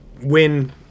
win